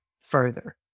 further